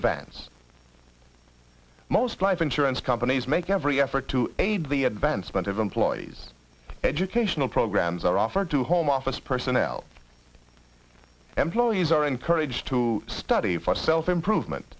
advance most life insurance companies make every effort to aid the advancement of employees educational programs are offered to home office personnel employees are encouraged to study for self improvement